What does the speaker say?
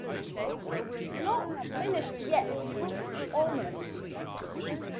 okay? so we're not finished yet. we're almost finished.